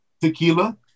Tequila